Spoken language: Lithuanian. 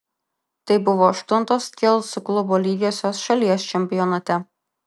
tai buvo aštuntos kelcų klubo lygiosios šalies čempionate